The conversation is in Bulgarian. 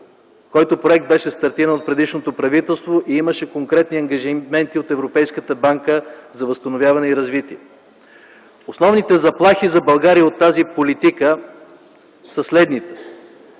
който проект беше стартиран от предишното правителство и имаше конкретни ангажименти от Европейската банка за възстановяване и развитие. Основните заплахи за България от тази политика са следните: